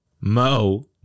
Mo